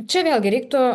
čia vėlgi reiktų